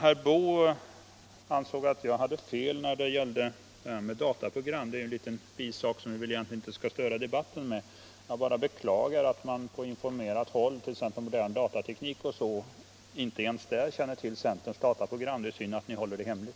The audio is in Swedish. Herr Boo ansåg att jag hade fel när det gäller dataprogram. Det är visserligen en liten bisak, som vi väl egentligen inte borde störa debatten med att ta upp, men jag bara beklagar att man inte ens på informerat håll, t.ex. inom modern datateknik, känner till centerns dataprogram. Det är synd att ni håller det hemligt.